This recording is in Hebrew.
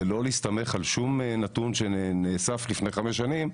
ולא להסתמך על שום נתון שנאסף לפני חמש שנים,